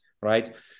right